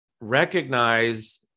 Recognize